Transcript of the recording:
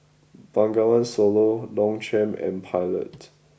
Bengawan Solo Longchamp and Pilot